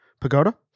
Pagoda